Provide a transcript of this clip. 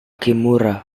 kimura